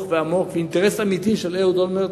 ועמוק ואינטרס אמיתי של אהוד אולמרט,